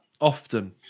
often